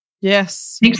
yes